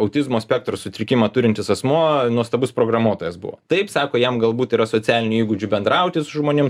autizmo spektro sutrikimą turintis asmuo nuostabus programuotojas buvo taip sako jam galbūt yra socialinių įgūdžių bendrauti su žmonėm